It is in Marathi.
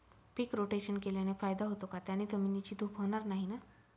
पीक रोटेशन केल्याने फायदा होतो का? त्याने जमिनीची धूप होणार नाही ना?